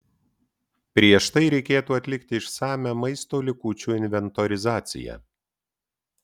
prieš tai reikėtų atlikti išsamią maisto likučių inventorizacija